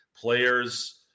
players